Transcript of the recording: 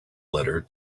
letter